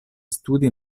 studi